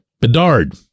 Bedard